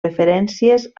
referències